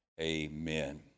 Amen